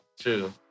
true